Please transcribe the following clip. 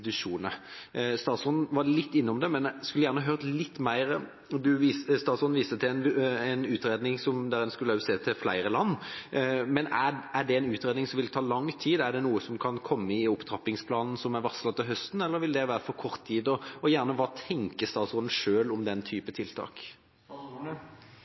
institusjoner. Statsråden var litt innom det, men jeg skulle gjerne ha hørt litt mer. Statsråden viste til en utredning der en skulle se til flere land, men er det en utredning som vil ta lang tid? Er det noe som kan komme i opptrappingsplanen som er varslet til høsten, eller vil det være for kort tid? Hva tenker statsråden selv om den